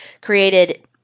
created